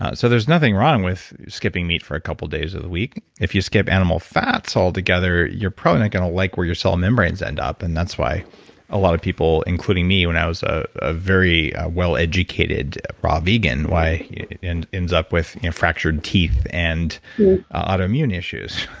ah so there's nothing wrong with skipping meat for a couple days in the week. if you skip animal fats altogether, you're probably not going to like where your cell membranes end up. and that's why a lot of people, including me when i was ah a very welleducated raw vegan, why it ends up with fractured teeth and autoimmune issues.